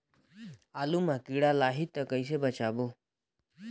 आलू मां कीड़ा लाही ता कइसे बचाबो?